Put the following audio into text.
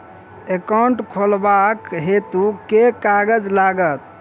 Account खोलाबक हेतु केँ कागज लागत?